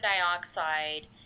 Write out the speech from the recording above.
dioxide